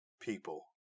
people